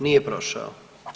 Nije prošao.